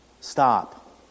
Stop